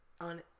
on